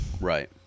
Right